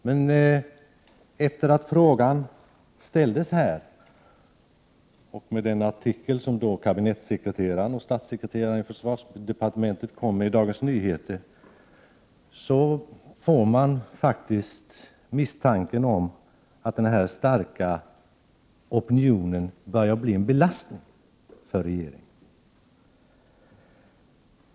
Men sedan denna fråga framställdes och efter den artikel som kabinettsekreteraren i utrikesdepartementet och statssekreteraren i försvarsdepartementet skrev i Dagens Nyheter får man faktiskt misstanken att den här starka opionionen börjar bli en belastning för regeringen.